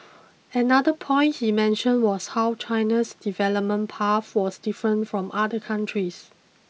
another point he mentioned was how China's development path was different from other countries